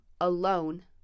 alone